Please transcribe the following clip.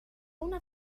una